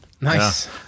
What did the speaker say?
Nice